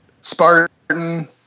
Spartan